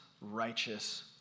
righteous